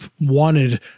wanted